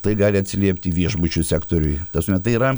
tai gali atsiliepti viešbučių sektoriui tasme tai yra